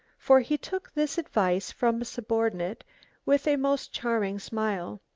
for he took this advice from a subordinate with a most charming smile.